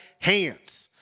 hands